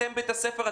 אתם בית הספר,